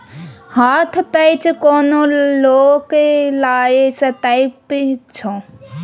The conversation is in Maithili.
हथ पैंच कोनो लोक लए सकैत छै